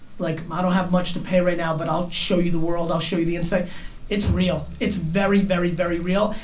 like i don't have much to pay right now, but i'll show you the world. i'll show you the inside. it's real, it's very, very, very real.